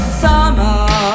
summer